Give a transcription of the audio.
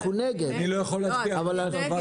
אנחנו נגד פה אחד.